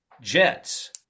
jets